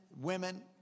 women